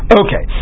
okay